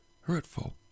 hurtful